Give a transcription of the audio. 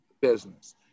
business